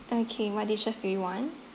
okay what dishes do you want